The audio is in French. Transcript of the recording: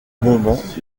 moment